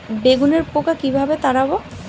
বেগুনের পোকা কিভাবে তাড়াব?